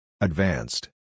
Advanced